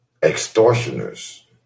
extortioners